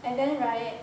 and then right